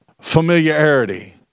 familiarity